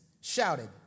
Shouted